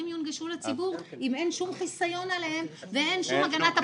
יונגשו לציבור אם אין שום חיסיון עליהם ואין הגנת הפרטיות.